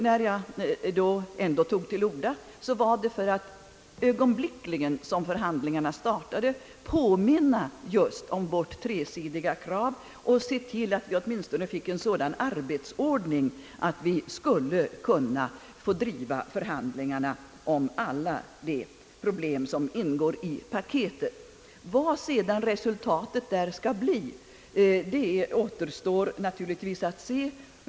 När jag ändå tog till orda var det för att i samma ögonblick som för handlingarna startade påminna just om vårt tresidiga krav och för att se till att vi åtminstone fick en sådan arbetsordning, att vi skulle kunna driva förhandlingar om alla de problem som ingår i paketet. Vad sedan resultatet där skall bli återstår naturligtvis att se.